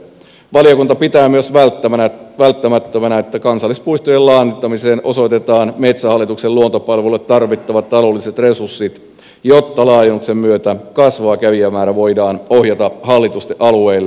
valiokunta pitää myös välttämättömänä että kansallispuiston laajentamiseen osoitetaan metsähallituksen luontopalveluille tarvittavat taloudelliset resurssit jotta laajennuksen myötä kasvava kävijämäärä voidaan ohjata hallitusti alueelle